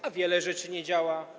Bo wiele rzeczy nie działa.